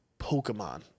Pokemon